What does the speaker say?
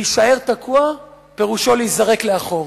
להישאר תקוע פירושו להיזרק לאחור.